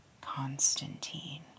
Constantine